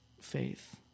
faith